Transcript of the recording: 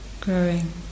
growing